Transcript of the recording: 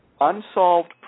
unsolved